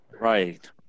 right